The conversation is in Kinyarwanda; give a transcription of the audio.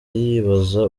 yibaza